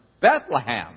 Bethlehem